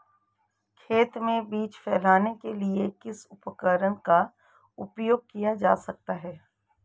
खेत में बीज फैलाने के लिए किस उपकरण का उपयोग किया जा सकता है?